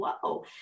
Whoa